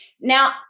Now